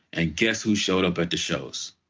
and guess who showed up at the shows?